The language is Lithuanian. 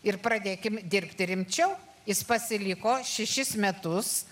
ir pradėkim dirbti rimčiau jis pasiliko šešis metus